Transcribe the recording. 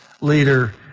leader